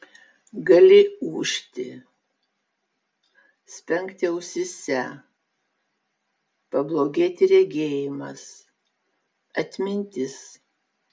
gali ūžti spengti ausyse pablogėti regėjimas atmintis